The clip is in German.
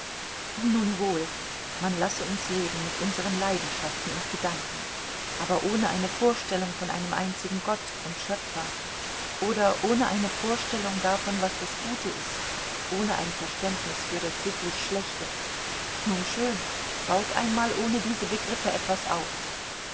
nun wohl man lasse uns leben mit unseren leidenschaften und gedanken aber ohne eine vorstellung von einem einzigen gotte und schöpfer oder ohne eine vorstellung davon was das gute ist ohne ein verständnis für das sittlich schlechte nun schön baut einmal ohne diese begriffe etwas auf